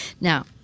Now